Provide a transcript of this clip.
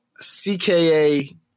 CKA